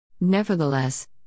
Nevertheless